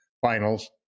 finals